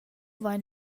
vain